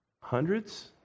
hundreds